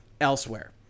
elsewhere